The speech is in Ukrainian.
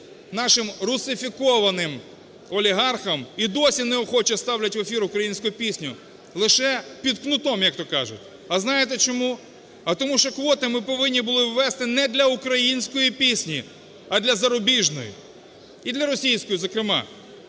нашим русифікованим олігархам, і досі неохоче ставлять в ефір українську пісню – лише під кнутом, як то кажуть. А знаєте чому? А тому що квоти ми повинні були ввести не для української пісні, а для зарубіжної і для російської, зокрема,